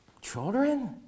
children